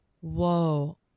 Whoa